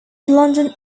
london